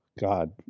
God